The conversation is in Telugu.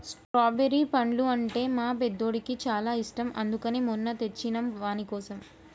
స్ట్రాబెరి పండ్లు అంటే మా పెద్దోడికి చాలా ఇష్టం అందుకనే మొన్న తెచ్చినం వానికోసం